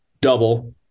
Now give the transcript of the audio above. double